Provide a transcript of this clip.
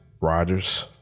Rodgers